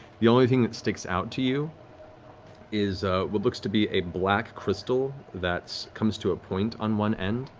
the only thing that sticks out to you is what looks to be a black crystal that comes to a point on one end.